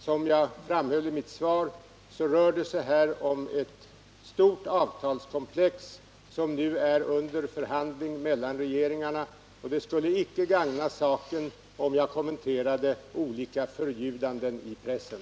Såsom jag framhöll i mitt svar rör det sig här om ett stort avtalskomplex, som nu är under förhandling mellan regeringarna. Det skulle inte gagna saken, om jag kommenterade olika förljudanden i pressen.